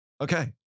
Okay